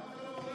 למה אתה בורח?